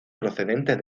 procedentes